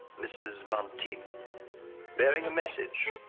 ms. monteith bringing a message